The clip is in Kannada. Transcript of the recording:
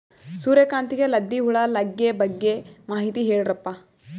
ಸೂರ್ಯಕಾಂತಿಗೆ ಲದ್ದಿ ಹುಳ ಲಗ್ಗೆ ಬಗ್ಗೆ ಮಾಹಿತಿ ಹೇಳರಪ್ಪ?